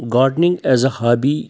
gardening as a hobby